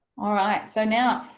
alright so now,